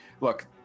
look